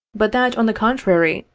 but that on the contrary,